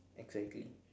exactly